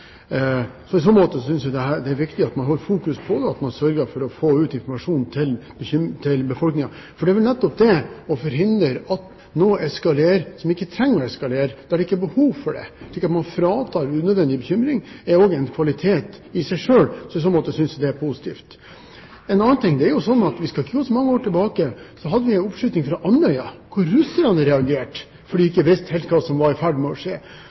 for å forhindre at noe eskalerer som ikke trenger å eskalere – slik at man fratar folk unødvendig bekymring. Det er også en kvalitet i seg selv, så i så måte synes jeg det er positivt. En annen ting er at vi skal ikke gå så mange år tilbake – da hadde vi en oppskyting fra Andøya hvor russerne reagerte fordi de ikke visste helt hva som var i ferd med å skje.